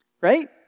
Right